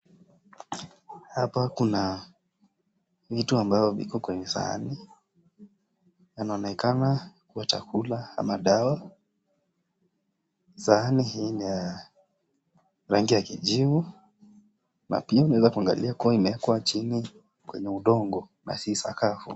Hapa kuna vitu ambavyo viko kwenye sahani, vinaonekana kuwa chakula ama dawa. Sahani hii ni ya rangi ya kijivu, na pia naweza kuangalia imewekwa chini kwenye udongo na si sakafu.